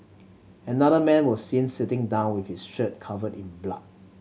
another man was seen sitting down with his shirt covered in blood